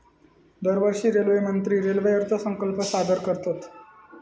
दरवर्षी रेल्वेमंत्री रेल्वे अर्थसंकल्प सादर करतत